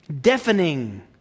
Deafening